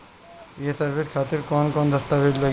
ये सर्विस खातिर कौन कौन दस्तावेज लगी?